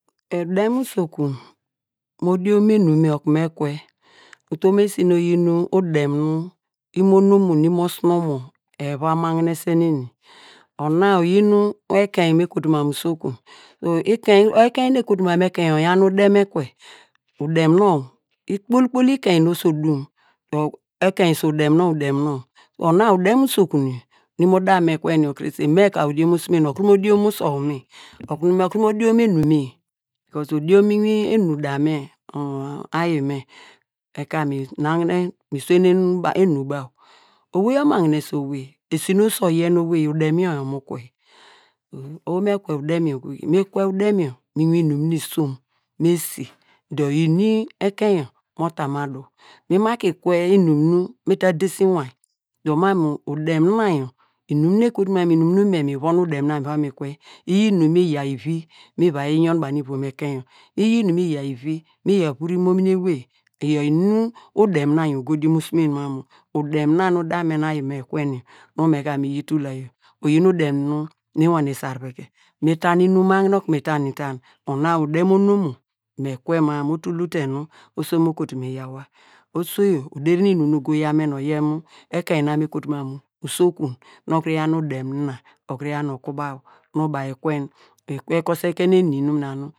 Udem usokun mo diom mu enu me okunu mi kwe, utom esi nu oyin udim nu imo onumo nu imo osunomo eva magnese nu eni ona oyin nu ekein nu me kotu mam mu usokun so ekein, ekein nu ekotu mam mu ekein oyan usom ekwe, udem nonw ikpol ikpol ekein nu oso odum dor ekein su udem nonw udem udem nonw, ona udem usokun yor, nu imo da me ekue yor krese me ka odiomo suven. Okuru mo diom mu usow me, okuru mor diom mu enu me odumu mu enudu me nu ayi me, me ka mi nagne mi swenen mu enu baw owey omagnese owey, esi nu oso oyiye wor udem yor mu kwe oho nu me kwe udem yor goge, mi kwe kwe udem yor mu nu isom mu esi dor ini ekein yor mo ta mu adu, mi ma kei kwe inum nu mi ta dese inwin dor inum mi von udem na miva mi kwe iyi inum nu mi yaw i i miva yi yon banu ivom ekein yor iyi inum nu mi yaw ivi mi yaw vur imomini ewey iyor inum nu udem na yor ogo diomosumen mam mu udem na nu dame nu ayi me ekwe yor nu me ka mi yi tul la yor oyin udem nu mi wane sarveke mi ta inum magnem okunu mita mita ona udem udem onomo mi kwe ma nu tul te nu oso mo kotu me yawa, oso yor oderi inum nu ogo yaw men oyen ekein na me okotu mam mu usokun nu okuru yaw nu udem na okuru yaw nu oku baw nu baw nu baw ekuru nu ekwe, ekwe kor se ken eni nu mi na nu.